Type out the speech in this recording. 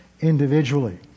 individually